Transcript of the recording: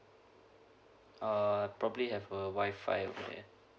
uh probably have a Wi-Fi over there